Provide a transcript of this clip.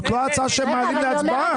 זאת לא ההצעה שמעלים להצבעה.